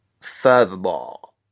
Furthermore